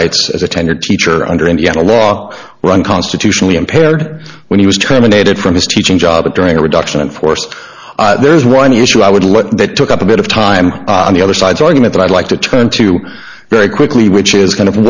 rights as a tenured teacher under indiana law were unconstitutionally impaired when he was terminated from his teaching job during a reduction in force there's one issue i would like that took up a bit of time on the other side's argument that i'd like to turn to you very quickly which is kind of